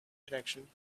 connection